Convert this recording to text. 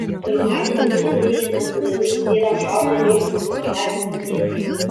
pirmadienį vilniuje neblaivus vyras šaudė iš pneumatinio ginklo